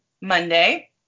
Monday